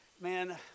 man